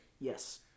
Yes